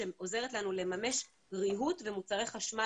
שעוזרת לנו לממש ריהוט ומוצרי חשמל